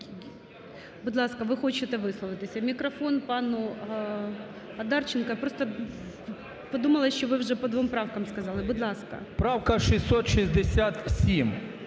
Правка 667.